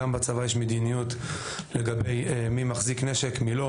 גם בצבא יש מדיניות לגבי מי מחזיק נשק ומי לא,